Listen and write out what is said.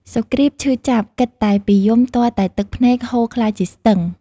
សុគ្រីពឈឺចាប់ គិតតែពីយំទាល់តែទឹកភ្នែកហូរក្លាយជាស្ទឹង។